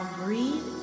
breathe